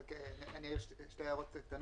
יש לי שתי הערות קטנות.